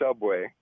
Subway